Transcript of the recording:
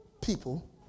people